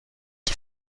qui